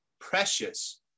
precious